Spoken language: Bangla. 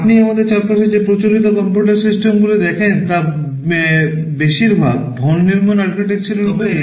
আপনি আমাদের চারপাশে যে প্রচলিত কম্পিউটার সিস্টেম দেখেন তা বেশিরভাগ ভন নিউমান আর্কিটেকচারের উপর ভিত্তি করে